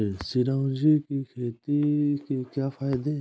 चिरौंजी की खेती के क्या फायदे हैं?